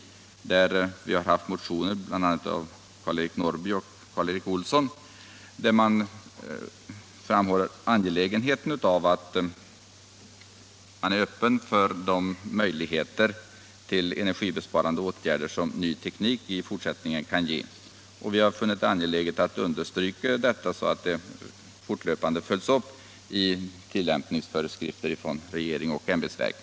I detta avsnitt har det väckts motioner, bl.a. en motion av Karl-Eric Norrby och Karl Erik Olsson. I denna motion framhålls angelägenheten av att man är öppen för de möjligheter till energibesparande åtgärder som en ny teknik i fortsättningen kan ge. Vi har ansett det angeläget understryka att detta följs upp i tillämpningsföreskrifter från regering och ämbetsverk.